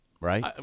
Right